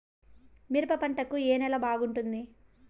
మిరప పంట కు ఏ నేల బాగుంటుంది?